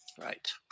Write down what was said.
right